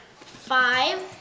five